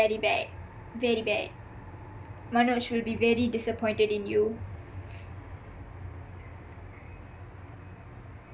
very bad very bad manoj will be very disappointed in you